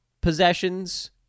possessions